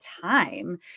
time